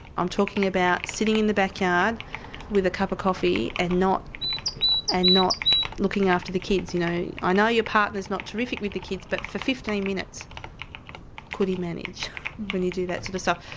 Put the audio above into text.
i'm talking about sitting in the backyard with a cup of coffee and not and not looking after the kids. you know i know your partner's not terrific with the kids but for fifteen minutes could he manage when you do that sort so